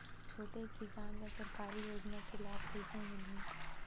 छोटे किसान ला सरकारी योजना के लाभ कइसे मिलही?